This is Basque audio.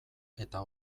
eta